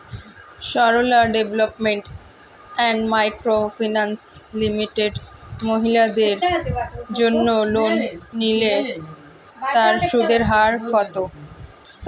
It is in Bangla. Sarala development and micro finance limited মহিলাদের জন্য লোন নিলে তার সুদের হার কত?